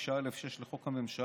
לסעיף 9(א)(6) לחוק הממשלה,